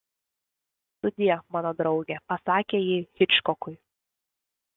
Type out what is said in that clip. sudie mano drauge pasakė ji hičkokui